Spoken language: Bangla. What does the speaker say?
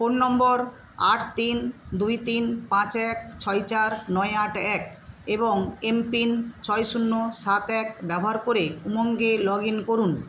ফোন নম্বর আট তিন দুই তিন পাঁচ এক ছয় চার নয় আট এক এবং এমপিন ছয় শূন্য সাত এক ব্যবহার করে উমঙ্গে লগইন করুন